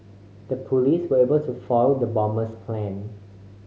the police were able to foil the bomber's plan